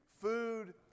Food